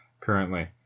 currently